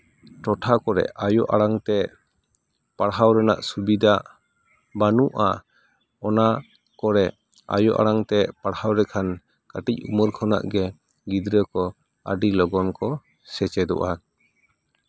ᱴᱚᱴᱷᱟ ᱠᱚᱨᱮᱜ ᱟᱭᱳ ᱟᱲᱟᱝ ᱛᱮ ᱯᱟᱲᱦᱟᱣ ᱨᱮᱱᱟᱜ ᱥᱩᱵᱤᱫᱷᱟ ᱵᱟᱹᱱᱩᱜᱼᱟ ᱚᱱᱟ ᱚᱱᱟ ᱠᱚᱨᱮ ᱟᱭᱳ ᱟᱲᱟᱝ ᱛᱮ ᱯᱟᱲᱦᱟᱣ ᱞᱮᱠᱷᱟᱱ ᱠᱟᱹᱴᱤᱡ ᱩᱢᱮᱨ ᱠᱷᱚᱱᱟᱜ ᱜᱮ ᱜᱤᱫᱽᱨᱟᱹ ᱠᱚ ᱟᱹᱰᱤ ᱞᱚᱜᱚᱱ ᱠᱚ ᱥᱮᱪᱮᱫᱚᱜᱼᱟ